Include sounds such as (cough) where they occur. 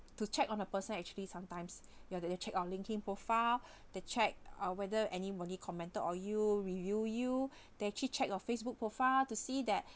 to check on a person actually sometimes (breath) you are there to check our linkedin profile they check uh whether anybody commented or you review you (breath) that actually check your facebook profile to see that (breath)